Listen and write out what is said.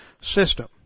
system